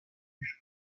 میشد